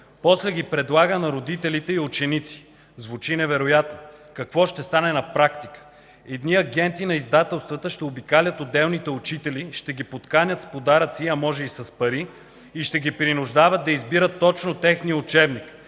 После ги предлага на родителите и учениците. Звучи невероятно. Какво ще стане на практика? Агенти на издателствата ще обикалят отделните учители, ще ги подканят с подаръци, а може и с пари и ще ги принуждават да избират точно техния учебник.